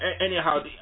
anyhow